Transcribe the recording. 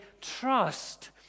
trust